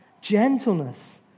gentleness